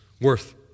worth